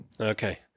Okay